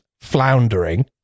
floundering